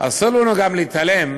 אסור לנו גם להתעלם